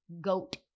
Goat